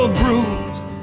bruised